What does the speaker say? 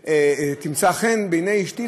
שתמצא חן בעיני אשתי,